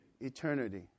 eternity